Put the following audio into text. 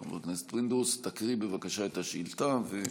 כן, חבר הכנסת פינדרוס, תקריא בבקשה את השאילתה.